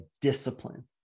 discipline